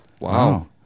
Wow